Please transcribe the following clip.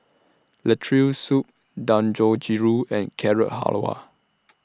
Lentil Soup Dangojiru and Carrot Halwa